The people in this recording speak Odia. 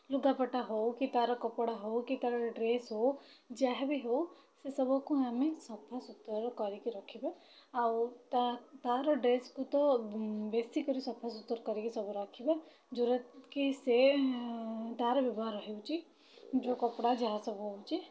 ଲୁଗାପଟା ହଉ କି ତା'ର କପଡ଼ା ହଉ କି ତା'ର ଡ୍ରେସ୍ ହଉ ଯାହାବି ହଉ ସେସବୁକୁ ଆମେ ସଫାସୁତୁରା କରିକି ରଖିବା ଆଉ ତା'ର ଡ୍ରେସ୍କୁ ତ ବେଶୀ କରି ସଫାସୁତୁରା କରିକି ସବୁ ରଖିବା ଯେଉଁରା କି ସେ ତା'ର ବ୍ୟବହାର ହେଉଛି ଯେଉଁ କପଡ଼ା ଯାହା ସବୁ ହେଉଛି